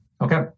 Okay